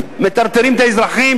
מטרטרים את האזרחים.